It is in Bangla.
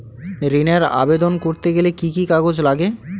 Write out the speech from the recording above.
ঋণের আবেদন করতে গেলে কি কি কাগজ লাগে?